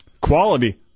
Quality